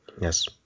yes